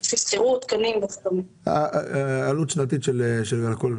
מה העלות השנתית של הכול?